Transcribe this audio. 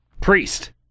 priest